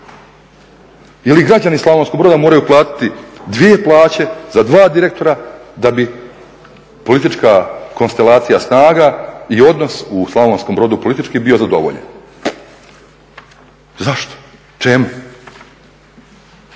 i građani Slavonskog Broda moraju platiti dvije plaće za 2 direktora da bi politička konstalacija snaga i odnos u Slavonskom Brodu, politički, bio zadovoljen? Zašto? Čemu?